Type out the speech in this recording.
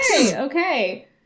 Okay